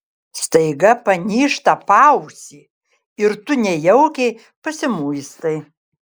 staiga panyžta paausį ir tu nejaukiai pasimuistai